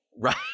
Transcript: Right